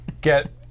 Get